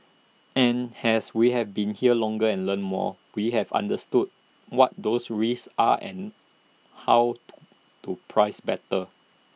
and as we have been here longer and learnt more we have understood what those risks are and how to to price better